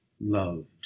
loved